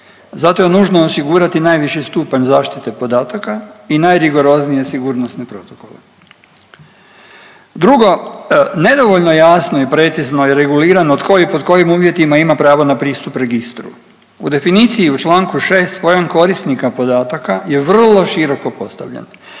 Zato je nužno osigurati najviši stupanj zaštite podataka i najrigoroznije sigurnosne protokole. Drugo, nedovoljno jasno i precizno je regulirano tko i pod kojim uvjetima ima pravo na pristup registru. U definiciji u čl. 6 pojam korisnika podataka je vrlo široko postavljen